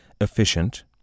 efficient